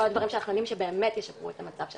כל הדברים שבאמת ישפרו את המצב של